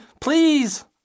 please